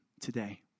today